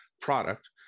product